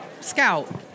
Scout